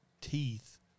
teeth